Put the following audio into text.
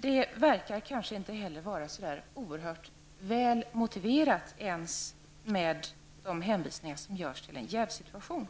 Det verkar kanske inte heller vara så oerhört väl motiverat ens med de hänvisningar som görs till en jävssituion.